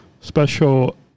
Special